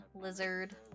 lizard